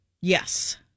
Yes